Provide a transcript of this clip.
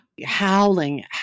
howling